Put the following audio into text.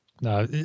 No